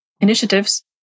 initiatives